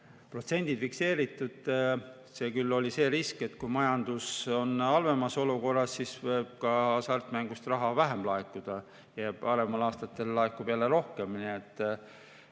protsendid fikseeritud. Oli küll see risk, et kui majandus on halvemas olukorras, siis võib ka hasartmängudest raha vähem laekuda, parematel aastatel laekub jälle rohkem.